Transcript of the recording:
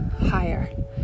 higher